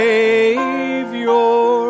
Savior